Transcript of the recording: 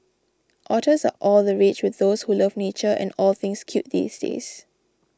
otters are all the rage with those who love nature and all things cute these days